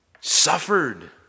suffered